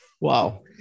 Wow